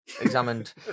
examined